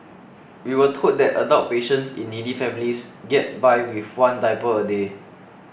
we were told that adult patients in needy families get by with one diaper a day